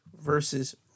versus